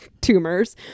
tumors